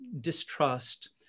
distrust